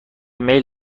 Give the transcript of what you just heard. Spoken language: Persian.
میل